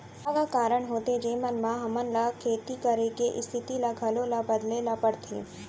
का का कारण होथे जेमन मा हमन ला खेती करे के स्तिथि ला घलो ला बदले ला पड़थे?